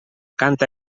canta